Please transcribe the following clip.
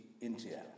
India